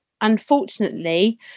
unfortunately